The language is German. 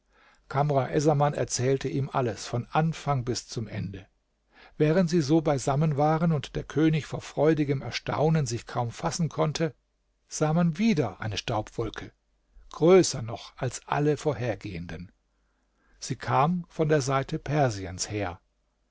essaman erzählte ihm alles von anfang bis zum ende während sie so beisammen waren und der könig vor freudigem erstaunen sich kaum fassen konnte sah man wieder eine staubwolke größer noch als alle vorhergehenden sie kam von der seite persiens her